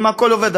אם הכול עובד,